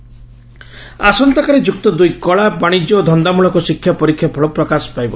ଯୁକ୍ତ ଦୁଇ ପରୀକ୍ଷା ଫଳ ଆସନ୍ତା କାଲି ଯୁକ୍ତ ଦୁଇ କଳା ବାଶିଜ୍ୟ ଓ ଧନ୍ଦାମୂଳକ ଶିକ୍ଷା ପରୀକ୍ଷା ଫଳ ପ୍ରକାଶ ପାଇବ